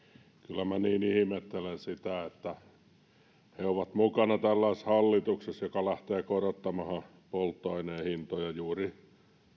minä niin ihmettelen sitä että he ovat mukana tällaisessa hallituksessa joka lähtee korottamaan polttoaineen hintoja juuri